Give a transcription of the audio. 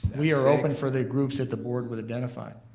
we are open for the groups that the board would identify.